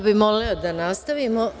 bih vas da nastavimo.